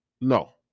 No